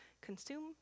consume